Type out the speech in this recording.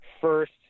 first